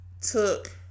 took